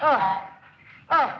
oh oh